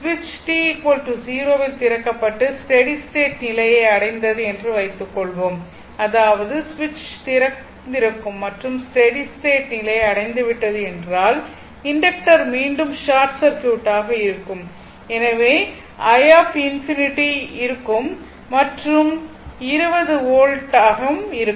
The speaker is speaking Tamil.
சுவிட்ச் t 0 இல் திறக்கப்பட்டு ஸ்டெடி ஸ்டேட் நிலையை அடைந்தது என்று வைத்துக்கொள்வோம் அதாவது சுவிட்ச் திறந்திருக்கும் மற்றும் ஸ்டெடி ஸ்டேட் நிலையை அடைந்து விட்டது என்றால் இண்டக்டர் மீண்டும் ஷார்ட் சர்க்யூட் ஆக இருக்கும் எனவே i இருக்கும் மற்றும் 20 வோல்ட் ம் இருக்கும்